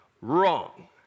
Wrong